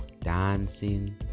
dancing